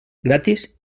gratis